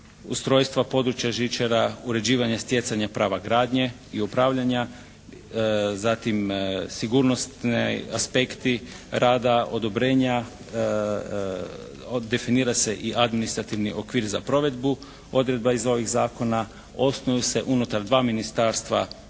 ustrojstva područja žičara uređivanje stjecanja prava gradnje i upravljanja zatim sigurnosni aspekti rada, odobrenja od, definira se i administrativni okvir za provedbu odredba iz ovih zakona. Osnuju se unutar dva ministarstva